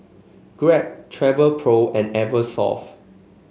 Grab Travelpro and Eversoft